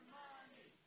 money